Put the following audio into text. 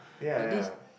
ya ya